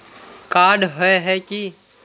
Card होय है की?